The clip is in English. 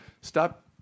stop